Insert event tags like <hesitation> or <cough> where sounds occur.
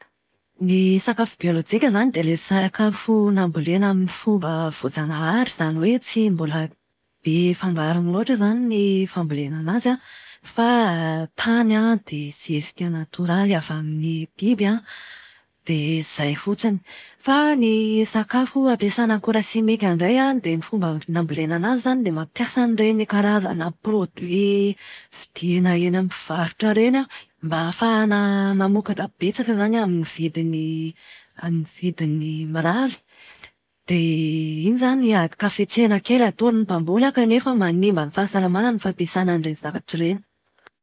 Ny sakafo biolojika izany dia ilay sakafo nambolena amin'ny fomba voajanahary. Izany hoe tsy mbola be fangarony loatra izany ny fambolena anazy an, fa <hesitation> tany dia zezika natoraly avy amin'ny biby. Dia izay fotsiny. Fa ny sakafo ampiasàna akora simika indray dia ny fomba nambolena anazy zany dia mampiasa an'ireny karazana produits vidiana eny amin'ny mpivarotra ireny mba ahafahana mamokatra betsaka izany an, amin'ny vidiny <hesitation> amin'ny vidiny mirary. Dia iny izany adin-kafetsena ataon'ny mpamboly kanefa manimba fahasalamàna ny fampiasàna an'ireny zavatra ireny.